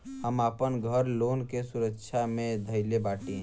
हम आपन घर लोन के सुरक्षा मे धईले बाटी